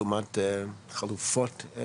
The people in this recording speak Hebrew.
לעומת חלופות?